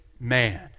man